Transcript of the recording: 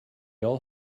all